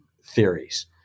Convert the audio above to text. theories